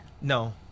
No